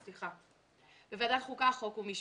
החוקה חוק ומשפט.